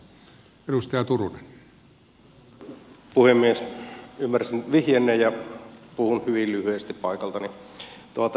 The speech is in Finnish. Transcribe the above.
ymmärsin vihjeenne ja puhun hyvin lyhyesti paikaltani